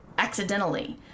accidentally